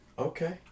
Okay